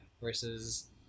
versus